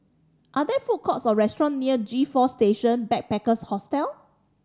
are there food courts or restaurant near G Four Station Backpackers Hostel